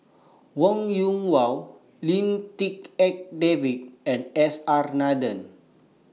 Wong Yoon Wah Lim Tik En David and S R Nathan